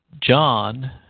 John